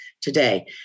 today